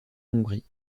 hongrie